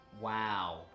Wow